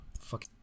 fuck